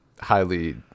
highly